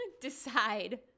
decide